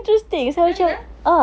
menarik ah